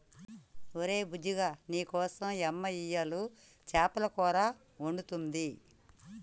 ఒరే బుజ్జిగా నీకోసం యమ్మ ఇయ్యలు సేపల కూర వండుతుంది